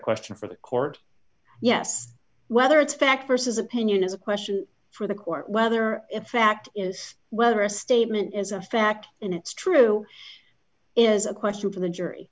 question for the court yes whether it's fact versus opinion is a question for the court whether effect is whether a statement is a fact and it's true is a question for the jury